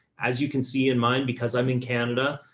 as you can see in mind because i'm in canada,